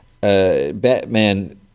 batman